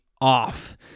off